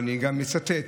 אני גם אצטט